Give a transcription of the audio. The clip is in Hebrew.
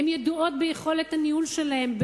הן ידועות ביכולת הניהול שלהן,